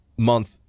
month